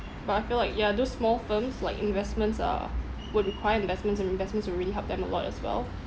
but I feel like ya those small firms like investments are would require investments and investments will really help them a lot as well